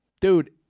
Dude